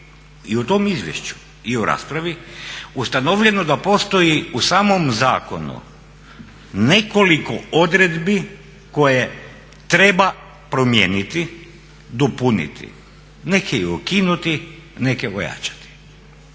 i u tom izvješću i u raspravi ustanovljeno da postoji u samom zakonu nekoliko odredbi koje treba promijeniti, dopuniti, neke i ukinuti, neke ojačati.